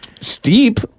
Steep